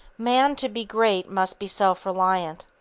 man to be great must be self-reliant.